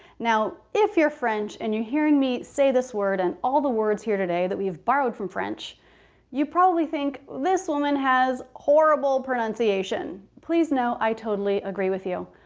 now if you're french and you're hearing me say this word and all the words here today that we've borrowed from french you probably think this woman has horrible pronunciation please know i totally agree with you.